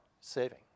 saving